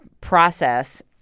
process –